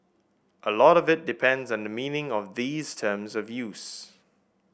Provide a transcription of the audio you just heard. a lot of it depends on the meaning of these terms of use